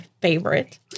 favorite